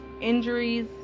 injuries